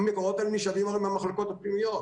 הרי המקורות האלה נשאבים מהמחלקות הפנימיות.